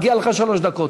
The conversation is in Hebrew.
מגיע לך שלוש דקות,